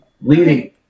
leading